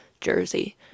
Jersey